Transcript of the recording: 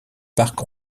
parcs